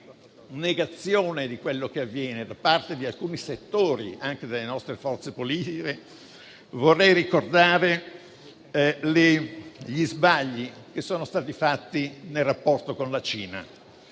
di negazione di quello che avviene da parte di alcuni settori delle nostre forze politiche, gli sbagli che sono stati fatti nel rapporto con la Cina.